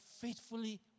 faithfully